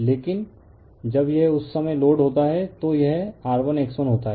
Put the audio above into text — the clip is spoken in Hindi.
लेकिन जब यह उस समय लोड होता है तो यह R1X1 होता है